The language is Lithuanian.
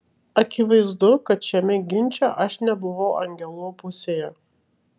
akivaizdu kad šiame ginče aš nebuvau angelų pusėje